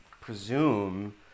presume